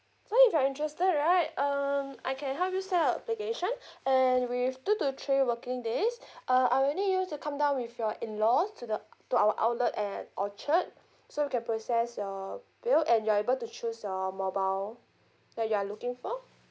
so if you are interested right um I can help you set up application and with two to three working days uh I will need you to come down with your in-laws to the to our outlet at orchard so we can process your bill and you're able to choose your mobile that you are looking for